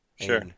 Sure